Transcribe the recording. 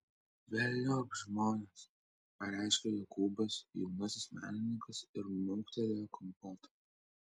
velniop žmones pareiškė jokūbas jaunasis menininkas ir mauktelėjo kompoto